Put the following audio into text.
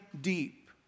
deep